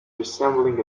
resembling